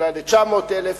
אולי ל-900,000.